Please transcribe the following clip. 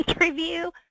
review